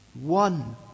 One